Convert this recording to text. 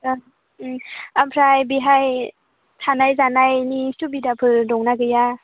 ओं ओम ओमफ्राय बेहाय थानाय जानायनि सुबिदाफोर दंना गैया